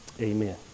Amen